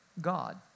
God